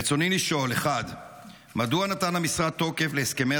רצוני לשאול: 1. מדוע נתן המשרד תוקף להסכמי